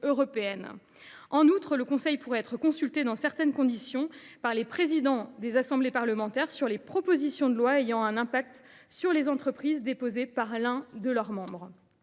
En outre, le conseil pourrait être consulté, dans certaines conditions, par les présidents des assemblées parlementaires sur les propositions de loi ayant un impact sur les entreprises. L’ensemble de ses avis